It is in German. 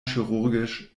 chirurgisch